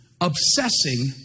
obsessing